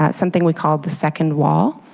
ah something we call the second wall.